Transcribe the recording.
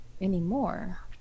Anymore